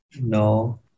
No